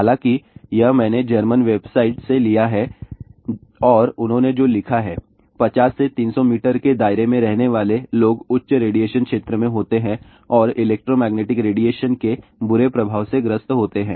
हालाँकि यह मैंने जर्मन वेबसाइट से लिया है और उन्होंने जो लिखा है 50 से 300 मीटर के दायरे में रहने वाले लोग उच्च रेडिएशन क्षेत्र में होते हैं और इलेक्ट्रोमैग्नेटिक रेडिएशन के बुरे प्रभाव से ग्रस्त होते हैं